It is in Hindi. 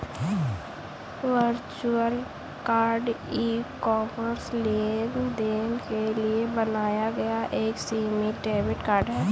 वर्चुअल कार्ड ई कॉमर्स लेनदेन के लिए बनाया गया एक सीमित डेबिट कार्ड है